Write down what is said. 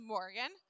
Morgan